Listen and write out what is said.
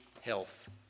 health